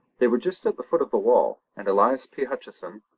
they were just at the foot of the wall, and elias p. hutcheson,